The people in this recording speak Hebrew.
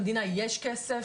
למדינה יש כסף,